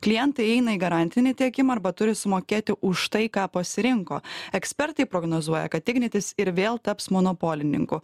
klientai eina į garantinį tiekimą arba turi sumokėti už tai ką pasirinko ekspertai prognozuoja kad ignitis ir vėl taps monopolininku